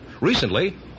Recently